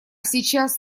сейчас